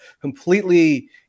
completely